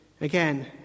again